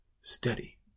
Steady